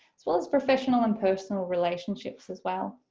as well as professional and personal relationships as well.